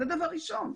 זה דבר ראשון.